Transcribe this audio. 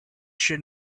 should